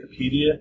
Wikipedia